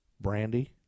brandy